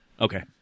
Okay